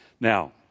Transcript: now